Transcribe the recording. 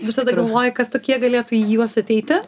visada galvoji kas tokie galėtų į juos ateiti